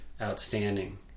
Outstanding